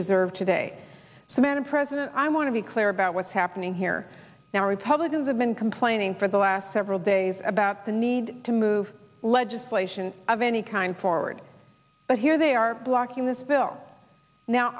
deserve today semana president i want to be clear about what's happening here now republicans have been complaining for the last several days about the need to move legislation of any kind forward but here they are blocking this bill now